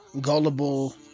gullible